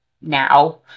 now